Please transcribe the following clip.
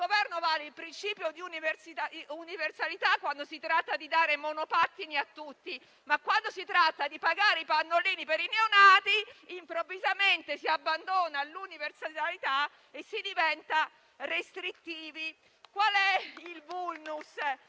il Governo vale il principio di università quando si tratta di dare monopattini a tutti; ma, quando si tratta di pagare i pannolini per i neonati, improvvisamente si abbandona l'universalità e si diventa restrittivi.